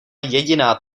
jediná